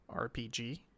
rpg